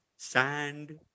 sand